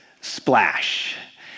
splash